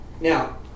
now